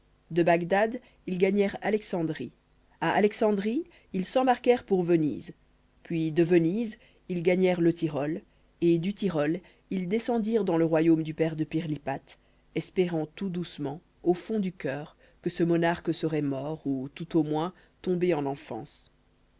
de bagdad ils gagnèrent alexandrie à alexandrie ils s'embarquèrent pour venise puis de venise ils gagnèrent le tyrol et du tyrol ils descendirent dans le royaume du père de pirlipate espérant tout doucement au fond du cœur que ce monarque serait mort ou tout au moins tombé en enfance